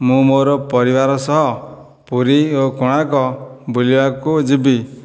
ମୁଁ ମୋର ପରିବାର ସହ ପୁରୀ ଓ କୋଣାର୍କ ବୁଲିବାକୁ ଯିବି